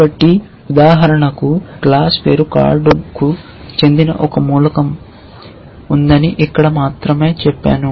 కాబట్టి ఉదాహరణకు క్లాస్ పేరు కార్డుకు చెందిన ఒక మూలకం ఉందని ఇక్కడ మాత్రమే చెప్పాను